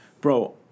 Bro